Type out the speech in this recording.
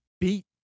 beat